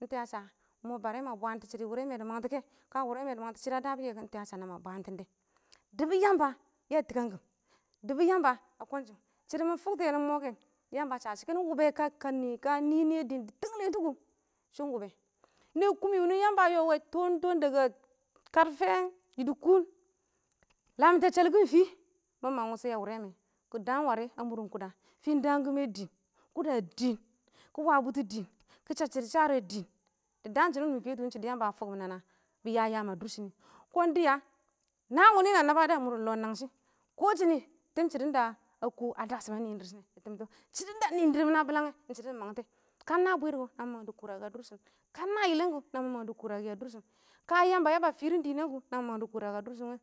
ɪng tɛshɔ a sha mɔ bare ma bwandɔ shɪdɔ wʊrɛ mɛ dɪ mangtɔ kɛ, ka wʊrɛ mɛ dɪ mangtɔ shɪrr a dabɔ kɛ kɔn ɪng tɛshɔ a sha ma bwantɪn dɛ, dɪbɔ yamba ya tɪkangkɪm, dɪbɔ yamba a kɔn shɪn, shɪdɔ mɪ fʊktɔ yɛ, mɔ kɛ, yamba a sha shɪ kɪnɪ wʊbɛ, ka nɪɪn nɪyɛ dɪɪn dɪ tɛngle kʊ shɪn wʊbɛ, nɛ kʊmɪ wʊmɪ wɪnɪ yamba a yɔ wɛ toon toon daga karfe yɪdɪ kʊʊn, lamtɛ shɛlkɪn fɪ mɪ mang wʊsho yɛ wʊrɛ mɛ, kɪ daam warɪ a mʊrɪn kʊda, fɪɪn daam kɪmɛ dɪɪn kʊda dɪɪn, kɪ wa bʊtɔ dɪɪn kɪ chab shɪdɔ charɛ dɪɪn, dɪ daan shɪdɔ wɪnɪ mɪ kɛtʊ wɪ ɪng shɪdɔ yamba a fukkʊm nana bɪ ya yaam a dʊr shɪnɪ, kɔn dɪya naan wɪnɪ na naba dɔ a mʊrɪn yɪm lɔ nangshɪ. Kɔ wɛ shɛ nɪ tɪm shɪdɔn a kɔ a da shɪm a nɪɪn dɪrr shɪn nɛ, shɪdɔn da nɪɪn dɪrr mɪn a bɪlangɛ ɪɪng shɪdɔ da nɪ mangtɛ ka ɪng na bwɪɪr kɔ na mɪ mang dɔ kʊrakɛ a dʊrshɪn, ka ɪng na yɪlɪm kɔ namɪ mang dɔ kʊrakɛ a drʊshɪn, ka yamba ya ba fɪrɪn dɪ nɛnkʊ na mɪ mangdɔ kʊrakɛ a dʊrshɪn wɪ.